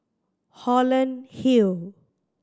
Holland Hill